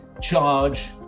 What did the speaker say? charge